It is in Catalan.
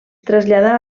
traslladà